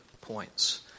points